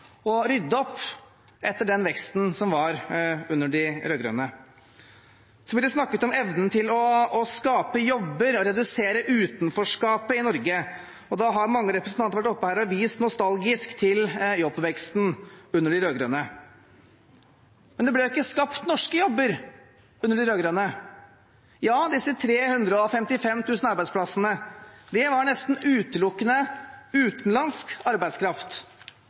rydde opp etter den veksten som var under de rød-grønne. Så blir det snakket om evnen til å skape jobber og redusere utenforskapet i Norge. Da har mange representanter vært her oppe og vist, nostalgisk, til jobbveksten under de rød-grønne. Men det ble ikke skapt norske jobber under de rød-grønne – disse 355 000 arbeidsplassene var nesten utelukkende utenlandsk arbeidskraft.